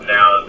now